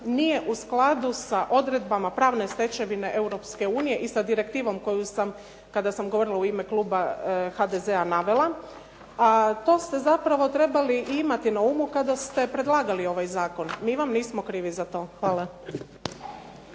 nije u skladu sa odredbama pravne stečevine EU i sa direktivom koju sam, kada sam govorila u ime kluba HDZ-a navela. A to ste zapravo trebali i imati na umu kada ste predlagali ovaj zakon. Mi vam nismo krivi za to. Hvala.